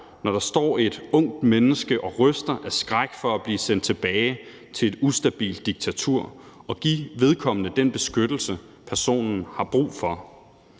når der står et ungt menneske og ryster af skræk for at blive sendt tilbage til et ustabilt diktatur, og give vedkommende den beskyttelse, personen har brug for;